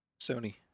Sony